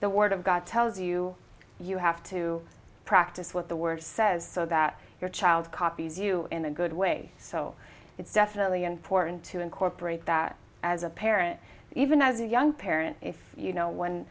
the word of god tells you you have to practice what the word says so that your child copies you in a good way so it's definitely important to incorporate that as a parent even as a young parent if you know when